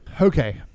Okay